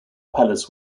palace